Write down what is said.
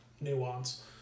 nuance